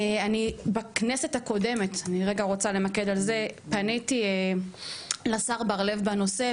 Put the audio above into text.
בכנסת הקודמת פניתי לשר בר-לב בנושא,